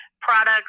products